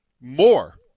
more